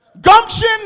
Gumption